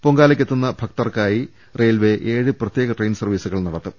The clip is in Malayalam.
പൊങ്കാലയ്ക്കെത്തുന്ന ഭക്തർക്കായി റെയിൽവേ ഏഴ് പ്രത്യേക ട്രെയിൻ സർവീസുകൾ നടത്തും